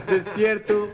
Despierto